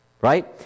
Right